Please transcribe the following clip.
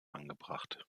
angebracht